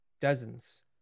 Dozens